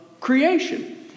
creation